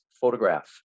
photograph